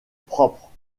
propre